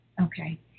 okay